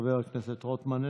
חבר הכנסת רוטמן,